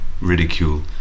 ridicule